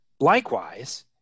Likewise